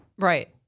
Right